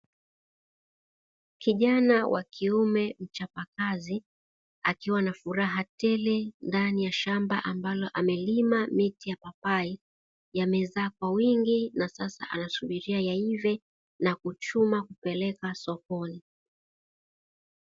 Kijana wa kiume mchapakazi akiwa na furaha tele ndani ya shamba ambalo amelima miti ya papai, yamezaa kwa wingi na sasa anasubiria ya ive na kuchuma kupeleka sokoni.